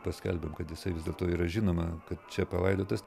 paskelbėm kad jisai vis dėlto yra žinoma kad čia palaidotas